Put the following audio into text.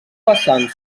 vessant